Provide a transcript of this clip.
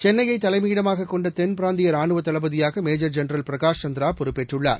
சென்னையை தலைமையிடமாகக் கொண்ட தென் பிராந்திய ராணுவத் தளபதியாக மேஜர் ஜென்ரல் பிரகாஷ் சந்திரா பொறுப்பேற்றுள்ளார்